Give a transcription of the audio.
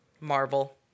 Marvel